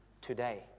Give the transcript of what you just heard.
today